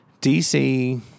DC